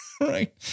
Right